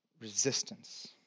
resistance